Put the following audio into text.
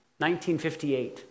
1958